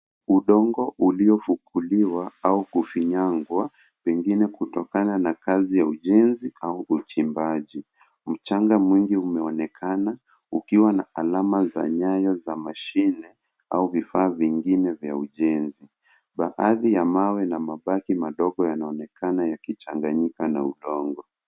Udongo uliofukuliwa, au kufinyangwa, pengine kutokana na kazi ya ujenzi, au uchimbaji. Mchanga mwingi unaonekana, ukiwa na alama za nyaya za mashine, au vifaa vingine vya ujenzi. Baadhi ya mawe, na mabati madogo yanaonekana yakichanganyika na udongo.